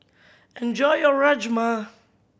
enjoy your Rajma